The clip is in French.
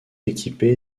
équipé